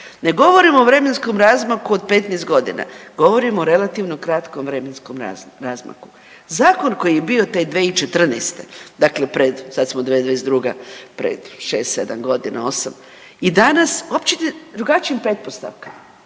ne govorim o vremenskom razmaku od 15 godina. Govorim o relativno kratkom vremenskom razmaku. Zakon koji je bio te 2014., dakle pred sad smo 2022. pred šest, sedam godina, osam i danas uopće drugačijim pretpostavkama